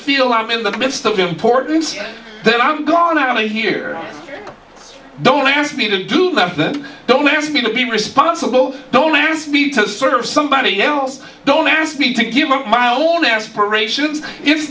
feel i'm in the midst of importance then i'm going to have to hear don't ask me to do that then don't ask me to be responsible don't ask me to serve somebody else don't ask me to give up my own aspirations it's